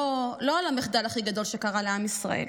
לא למחדל הכי גדול שקרה לעם ישראל.